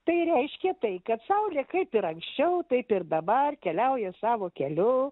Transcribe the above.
tai reiškia tai kad saulė kaip ir anksčiau taip ir dabar keliauja savo keliu